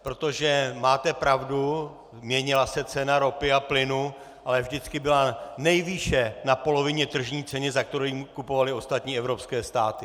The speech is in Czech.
Protože, máte pravdu, měnila se cena ropy a plynu, ale vždycky byla nejvýše na polovině tržní ceny, za kterou ji kupovaly ostatní evropské státy.